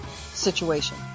situation